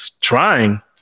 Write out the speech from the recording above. trying